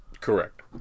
Correct